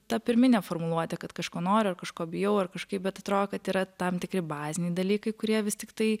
ta pirminė formuluotė kad kažko noriu ar kažko bijau ar kažkaip bet atro kad yra tam tikri baziniai dalykai kurie vis tiktai